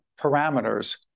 parameters